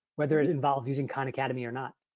whether it involves using khan academy or not.